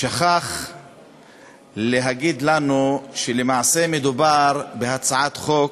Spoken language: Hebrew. שכח להגיד לנו שלמעשה מדובר בהצעת חוק